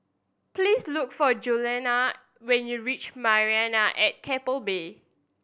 please look for Juliana when you reach Marina at Keppel Bay